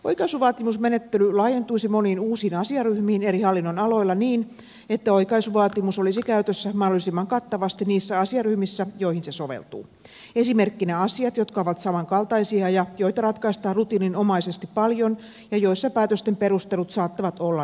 oikaisuvaatimusmenettely laajentuisi moniin uusiin asiaryhmiin eri hallinnonaloilla niin että oikaisuvaatimus olisi käytössä mahdollisimman kattavasti niissä asiaryhmissä joihin se soveltuu esimerkkinä asiat jotka ovat samankaltaisia ja joita ratkaistaan rutiininomaisesti paljon ja joissa päätösten perustelut saattavat olla niukat